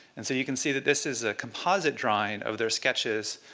and so you can see that this is a composite drawing of their sketches.